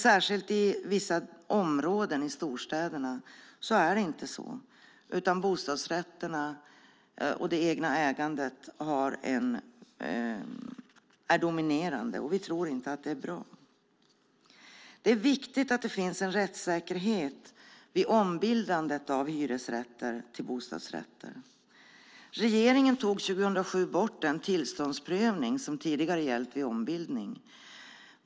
Särskilt i vissa områden i storstäderna är det inte så, utan bostadsrätterna och det egna ägandet är dominerande, och vi tror inte att det är bra. Det är viktigt att det finns en rättssäkerhet vid ombildandet av hyresrätter till bostadsrätter. Regeringen tog 2007 bort den tillståndsprövning som tidigare gällt vid ombildning.